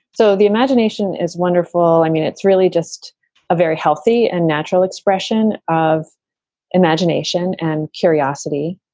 so the imagination is wonderful. i mean, it's really just a very healthy and natural expression of imagination and curiosity.